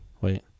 Wait